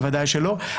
בוודאי שלא,